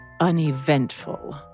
uneventful